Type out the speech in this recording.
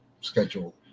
schedule